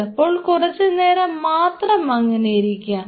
ചിലപ്പോൾ കുറച്ച് നേരം മാത്രം അങ്ങനെ ആയിരിക്കാം